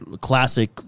Classic